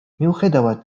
მიუხედავად